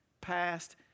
Past